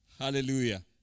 Hallelujah